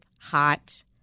hot